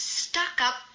stuck-up